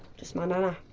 just my nana.